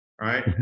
right